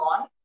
on